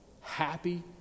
happy